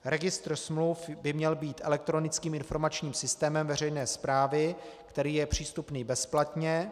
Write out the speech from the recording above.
Registr smluv by měl být elektronickým informačním systémem veřejné správy, který je přístupný bezplatně.